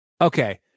Okay